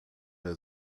der